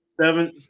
Seven